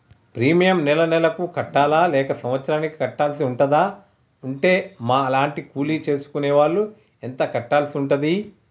Premium నెల నెలకు కట్టాలా లేక సంవత్సరానికి కట్టాల్సి ఉంటదా? ఉంటే మా లాంటి కూలి చేసుకునే వాళ్లు ఎంత కట్టాల్సి ఉంటది?